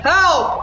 Help